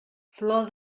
flor